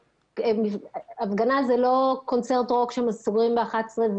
הפגנה זה לא קונצרט רוק שסוגרים ב-23:00,